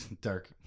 dark